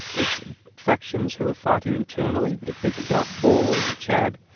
it's factions who are fighting internally. you think of darfur and chad,